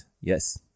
Yes